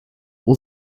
will